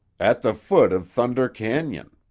at the foot of thunder canon.